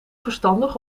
verstandig